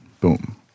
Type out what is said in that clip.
boom